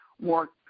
more